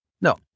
No